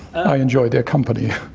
i enjoyed their company.